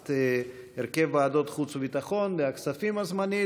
את הרכב ועדות החוץ והביטחון והכספים הזמנית,